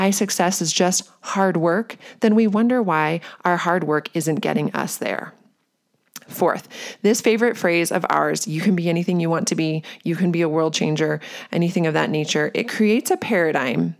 success is just hard work, then we wonder why our hard work isn't getting us there. Fourth, this favorite phrase of ours, "You can be anything you want to be. You can be a world changer," anything of that nature, it creates a paradigm